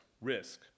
risk